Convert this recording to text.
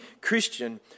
Christian